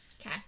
Okay